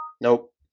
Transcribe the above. Nope